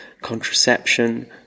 contraception